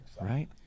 Right